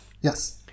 yes